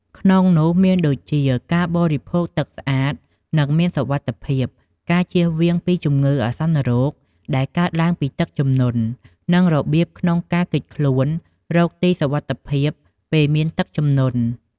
ក្នុងនោះមានដូចជា ការបរិភោគទឹកស្អាត និងមានសុវត្ថិភាព ការជៀសវាងពីជម្ងឺអាសន្នរោគដែលកើតពីទឹកជំនន់ និងរបៀបក្នុងការគេចខ្លួនរកទីសុវត្ថិភាពពេលមានទឹកជំនន់។